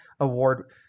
Award